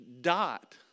dot